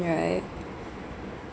right